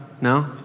no